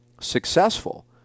successful